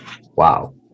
Wow